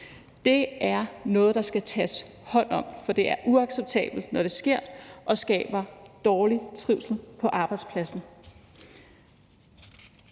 Det er noget, der skal tages hånd om, for det er uacceptabelt, når det sker, og det skaber dårlig trivsel på arbejdspladsen.